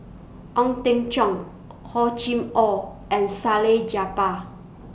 Ong Teng Cheong Hor Chim Or and Salleh Japar